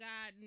God